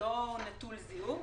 לא נטול זיהום,